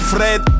Fred